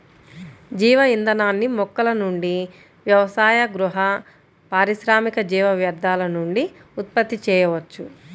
జీవ ఇంధనాన్ని మొక్కల నుండి వ్యవసాయ, గృహ, పారిశ్రామిక జీవ వ్యర్థాల నుండి ఉత్పత్తి చేయవచ్చు